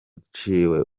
ciwe